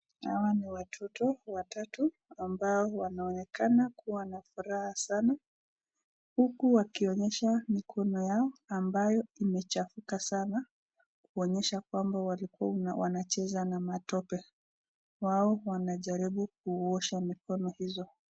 Hawa ni watoto watatu ambao wanaonekana kuwa na furaha sana huku wakionyesha mikono yao ambayo imechafuka sana kuonyesha kwamba walikuwa wanacheza na matope, wao wanajaribu kuosha mikono hizo.